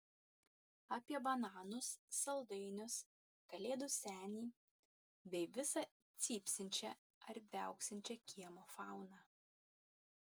apie bananus saldainius kalėdų senį bei visą cypsinčią ar viauksinčią kiemo fauną